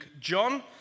John